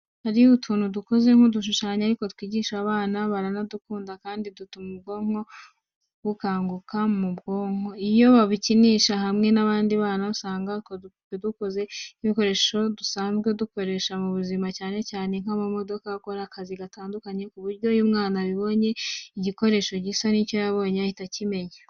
Hari utuntu dukoze nk'udushushanyo ariko twigisha abana baranadukunda kandi dutuma ubwonko bwabo bukanguka mu bwonko, iyo babikinisha bari hamwe n'abandi bana, usanga utwo dupupe dukoze nk'ibikoresho dusanzwe dukoresha mu buzima, cyane cyane nk'amamodoka akora akazi gatandukanye, ku buryo iyo umwana abonye igikoresho gisa n'icyo yabonye ahita akimenya.